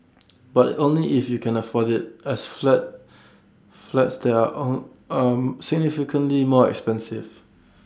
but only if you can afford IT as flats flats there are on on significantly more expensive